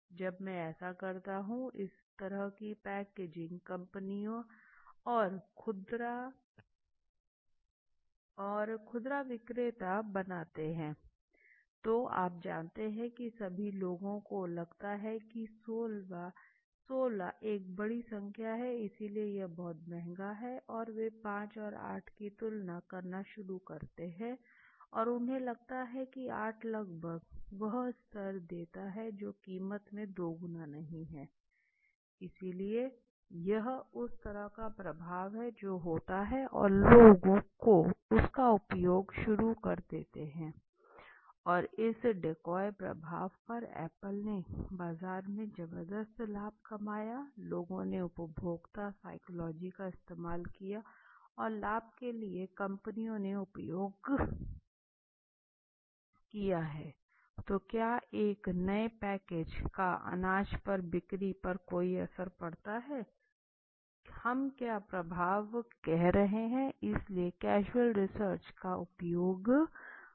जब मैं ऐसा करता हूं इस तरह की पैकेजिंग कंपनियां और खुदरा विक्रेता बनाते हैं तो आप जानते हैं कि सभी लोगों को लगता है कि 16 वें एक बड़ी संख्या है इसलिए यह बहुत महंगा है और वे 5 और 8 की तुलना करना शुरू करते हैं और उन्हें लगता है कि 8 लगभग वह स्तर देता है जो कीमत में दोगुना नहीं है इसलिए यह उस तरह का प्रभाव है जो होता है और लोगों उसका उपयोग शुरू कर देते हैं और इस डेको प्रभाव पर एप्पल ने बाजार में जबरदस्त लाभ कमाया है लोगों ने उपभोक्ता साइकोलॉजी का इस्तेमाल किया है और लाभ के लिए कंपनियों ने उपयोग किया है तो क्या नए पैकेज का अनाज की बिक्री पर कोई असर पड़ा है हम क्या प्रभाव कह रहे हैं इसलिए कैजुअल रिसर्च का उपयोग करें